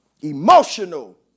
emotional